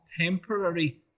temporary